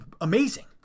amazing